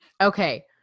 Okay